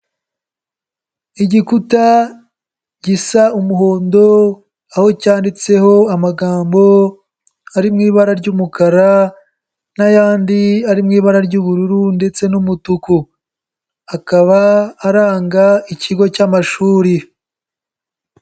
Igikuta gisa umuhondo aho cyanditseho amagambo ari mu ibara ry'umukara n'ayandi ari mu ibara ry'ubururu ndetse n'umutuku, akaba aranga ikigo cy'amashuri.